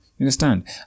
Understand